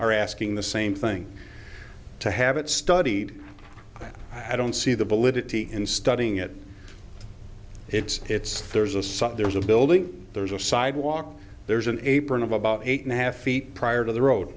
are asking the same thing to have it studied i don't see the validity in studying it it's it's there's a site there's a building there's a sidewalk there's an apron of about eight and a half feet prior to the road